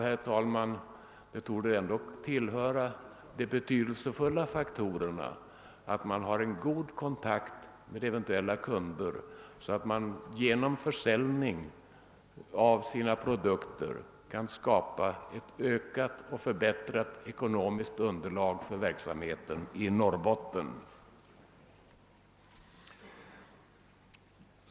Det torde ändå, herr talman, tillhöra de betydelsefulla faktorerna att man har god kontakt med eventuella kunder, så att man genom försäljning av sina produkter kan skapa ett ökat och förbättrat ekonomiskt underlag för verksamheten i Norrbotten.